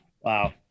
Wow